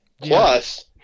Plus